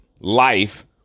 life